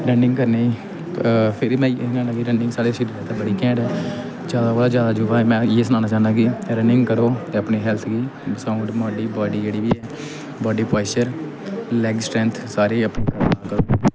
running करने फिर में इ'यै सनानां कि रनिंग साढ़े शरीर आस्तै बड़ा कैंट ऐ जादै कोला जादै में इ'यै सनानां चाह्न्नां कि रनिंग करो ते अपनी हैल्थ गी साउंड बॉड्डी जेह्ड़ी बी ऐ बॉड्डी पाओस्चर लैग्ग स्ट्रैंथ सारी अपनी